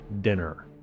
Dinner